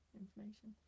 information